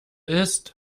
ist